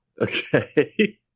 Okay